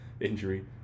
injury